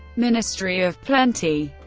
ministry of plenty